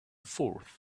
fourth